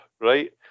right